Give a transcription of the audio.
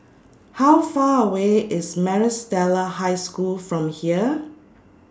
How Far away IS Maris Stella High School from here